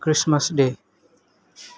Christmas day